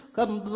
Come